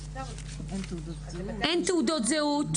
אין תעודות זהות.